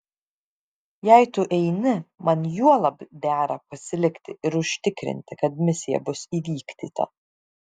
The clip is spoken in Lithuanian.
jei tu eini man juolab dera pasilikti ir užtikrinti kad misija bus įvykdyta